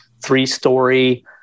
three-story